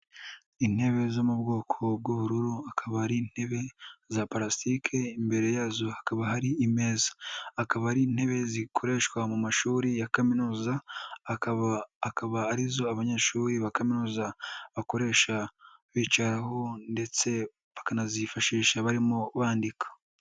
Intebe zo mu bwoko bw'ubururu, akaba ari intebe za palasitike, imbere yazo hakaba hari imeza, akaba ari intebe zikoreshwa mu mashuri ya kaminuza akaba arizo abanyeshuri ba kaminuza bakoresha bicaraho ndetse bakanazifashisha barimo bandika.